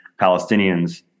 Palestinians